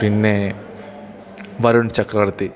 പിന്നേ വരുൺ ചക്രവർത്തി